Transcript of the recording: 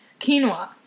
Quinoa